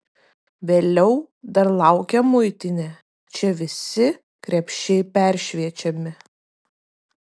vėliau dar laukia muitinė čia visi krepšiai peršviečiami